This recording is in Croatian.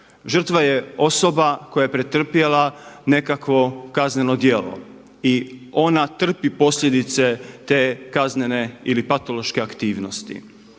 Žrtva je osoba koja je pretrpjela nekakvo kazneno djelo i ona trpi posljedice te kaznene ili patološke aktivnosti.